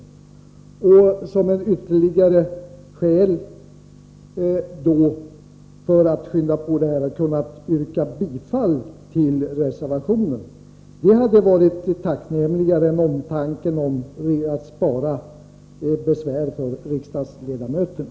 Han hade därmed haft skäl för att yrka bifall till reservationen. Det hade varit bättre omtanke än att spara besvär för riksdagsledamöterna.